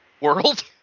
world